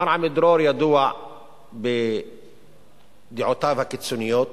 מר עמידרור ידוע בדעותיו הקיצוניות.